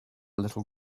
little